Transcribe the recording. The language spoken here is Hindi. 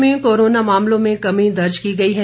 प्रदेश में कोरोना मामलों में कमी दर्ज की गई है